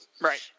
Right